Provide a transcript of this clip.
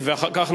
ואחר כך,